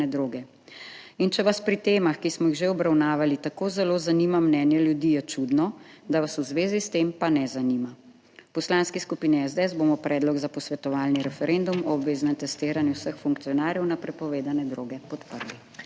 In če vas pri temah, ki smo jih že obravnavali, tako zelo zanima mnenje ljudi, je čudno, da vas v zvezi s tem pa ne zanima. V Poslanski skupini SDS bomo predlog za posvetovalni referendum o obveznem testiranju vseh funkcionarjev na prepovedane droge podprli.